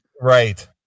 Right